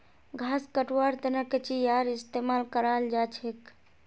घास कटवार तने कचीयार इस्तेमाल कराल जाछेक